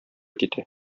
китә